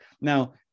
Now